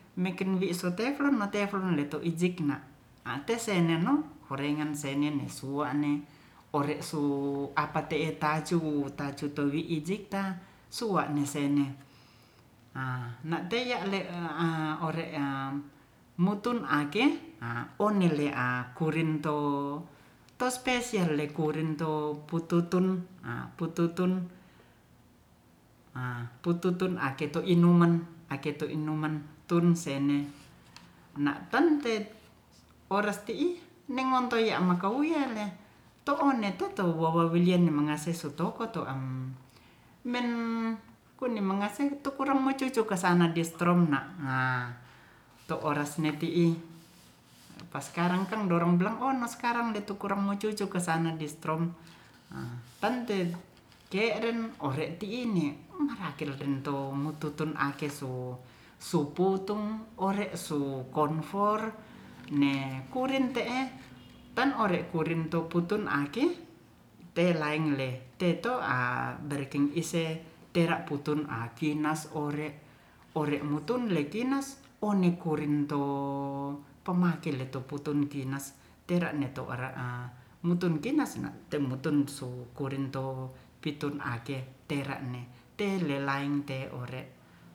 Meen wi su teflon ma teflon le to izik na ate seneno horengan senen suane ore su apate'e pacu patu towik iji ta suane sene na teya le a ore mutun ake one le a kurinto to spesian le kurinto pututun pututun-pututun ake to inuman tun sene na tan te oras tii nengontoi ya makauyerle to one to to wowowilian mangase su toko to am me kuni mangase tu kurang macucu kasana di strom na to oras ne ti i pas skarang kan dorang bilang o nas karang kurang mo cucu kasana di strom tante ke re ore ti i ni marake dento mututun ake so su putung ore su konfor ne kurin te'e tan ore to putun ake te laeng le teto a barekeng ise tera putun a kinas ore ore mutun le kinas one kurin to pemake le toputun tinas tera ne to ne to ara a mutun kinas te mutun kurin to pitun ake tera ne telelaeng te ore